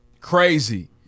Crazy